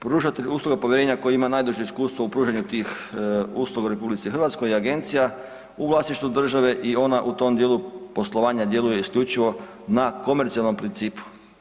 Pružatelj usluga povjerenja koji ima najduže iskustvo u pružanju tih usluga u RH i agencija u vlasništvu države i ona u tom dijelu poslovanja djeluje isključivo na komercionalnom principu.